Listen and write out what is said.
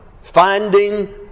Finding